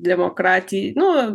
demokrati nu